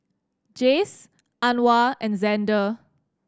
Jayce Anwar and Xander